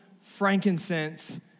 frankincense